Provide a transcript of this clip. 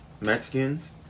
Mexicans